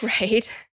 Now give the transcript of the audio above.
Right